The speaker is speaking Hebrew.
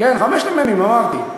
כן, חמשת המ"מים, אמרתי.